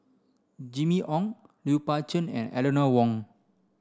Jimmy Ong Lui Pao Chuen and Eleanor Wong